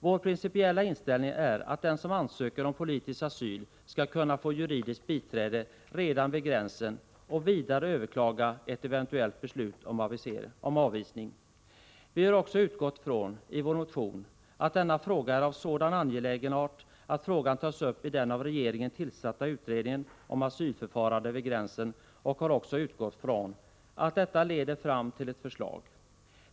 Vår principiella inställning är att den som ansöker om politisk asyl skall kunna få juridiskt biträde redan vid gränsen och vidare överklaga ett eventuellt beslut om avvisning. Vi har i vår motion utgått från att denna fråga är av så angelägen art att den kommer att tas upp i den av regeringen tillsatta utredningen om asylförfarandet vid gränsen. Vi har också utgått från att detta leder fram till ett förslag.